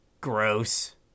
Gross